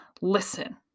listen